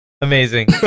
Amazing